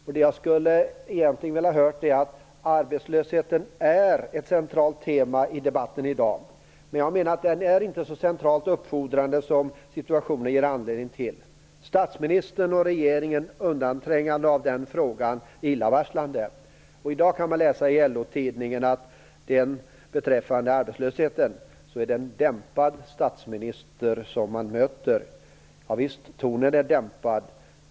Egentligen skulle jag ha velat höra honom säga att arbetslösheten är ett centralt tema i debatten i dag. Jag menar att den inte är så centralt uppfordrande som situationen ger anledning till. Statsministerns och regeringens undanträngande av den frågan är illavarslande. I dag kan man läsa i LO-tidningen att när det gäller arbetslösheten möter man en dämpad statsminister. Ja visst, tonen är dämpad.